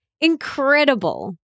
incredible